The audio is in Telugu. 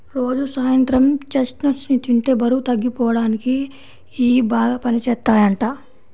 రోజూ సాయంత్రం చెస్ట్నట్స్ ని తింటే బరువు తగ్గిపోడానికి ఇయ్యి బాగా పనిజేత్తయ్యంట